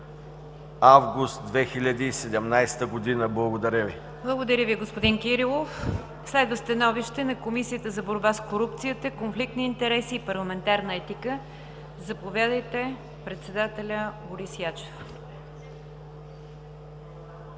Ви. ПРЕДСЕДАТЕЛ НИГЯР ДЖАФЕР: Благодаря Ви, господин Кирилов. Следва становище на Комисията за борба с корупцията, конфликт на интереси и парламентарна етика. Заповядайте – председателят Борис Ячев.